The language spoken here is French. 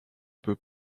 peu